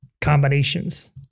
combinations